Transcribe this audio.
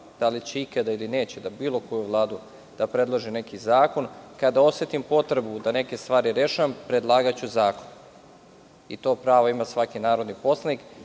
da li će ikada ili neće da predloži neki zakon. Kada osetim potrebu da neke stvari rešavam, predlagaću zakon. To pravo ima svaki narodni poslanik.